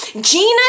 Gina